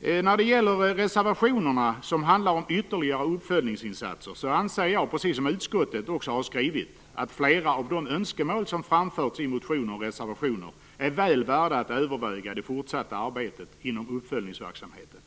det. När det gäller de reservationer som handlar om ytterligare uppföljningsinsatser anser jag, precis som utskottet också har skrivit, att flera av de önskemål som har framförts i motioner och reservationer är väl värda att överväga i det fortsatta arbetet inom uppföljningsverksamheten.